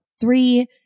three